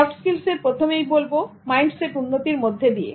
soft স্কিলসের প্রথমেই বলব মাইন্ডসেট উন্নতির মধ্যে দিয়ে